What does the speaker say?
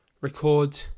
record